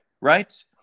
right